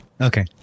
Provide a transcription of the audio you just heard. Okay